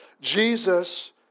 Jesus